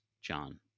John